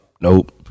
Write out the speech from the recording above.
nope